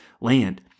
land